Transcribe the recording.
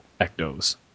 ectos